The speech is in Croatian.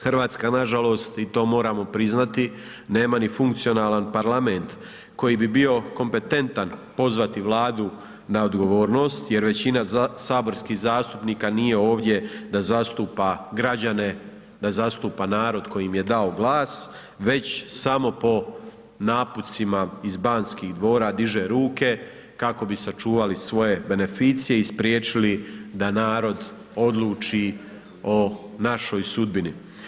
Hrvatska nažalost i to moramo priznati, nema ni funkcionalan parlament koji bi bio kompetentan pozvati Vladu na odgovornost jer većina saborskih zastupnika nije ovdje da zastupa građane, da zastupa narod koji im je dao glas već samo po naputcima iz Banskih dvora diže ruke kako bi sačuvali svoje beneficije i spriječili da narod odluči o našoj sudbini.